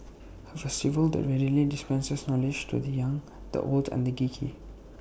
A festival that readily dispenses knowledge to the young the old and the geeky